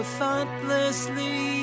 thoughtlessly